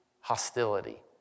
hostility